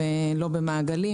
ולא במעגלים.